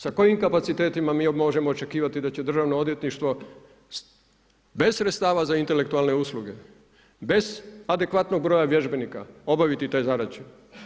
Sa kojim kapacitetima mi možemo očekivati da će državno odvjetništvo bez sredstava za intelektualne usluge, bez adekvatnog broja vježbenika obaviti te zadaće?